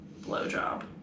blowjob